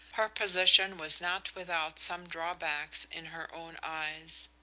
her position was not without some drawbacks in her own eyes.